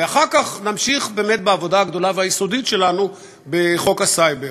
ואחר כך נמשיך בעבודה הגדולה והיסודית שלנו בחוק הסייבר.